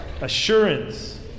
Assurance